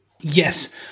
Yes